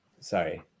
sorry